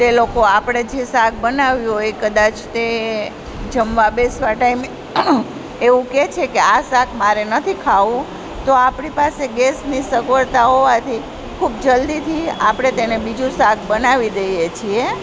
તે લોકો આપણે જે શાક બનાવ્યું હોય કદાચ તે જમવા બેસવા ટાઈમે એવું કહે છે કે આ શાક મારે નથી ખાવું તો આપણી પાસે ગેસની સગવડતા હોવાથી ખૂબ જલદીથી આપણે તેને બીજું શાક બનાવી દઈએ છીએ